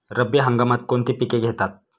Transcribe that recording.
रब्बी हंगामात कोणती पिके घेतात?